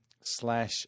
slash